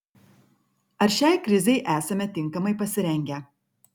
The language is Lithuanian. ar šiai krizei esame tinkamai pasirengę